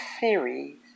series